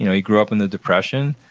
you know he grew up in the depression.